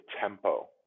tempo